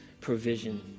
provision